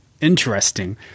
interesting